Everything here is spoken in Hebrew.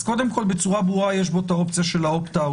אז בצורה ברורה יש בו את האופציה של ה"אופט-אאוט",